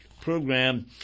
program